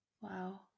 Wow